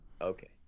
Okay